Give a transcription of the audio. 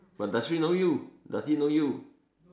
but does she know you does he know you